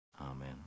Amen